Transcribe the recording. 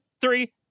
three